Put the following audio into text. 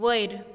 वयर